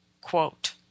quote